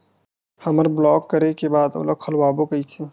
हमर ब्लॉक करे के बाद ओला खोलवाबो कइसे?